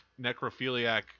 necrophiliac